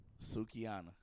Sukiana